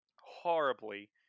horribly